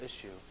issue